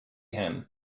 him